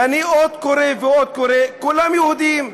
ואני עוד קורא ועוד קורא, כולם יהודים,